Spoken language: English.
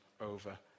over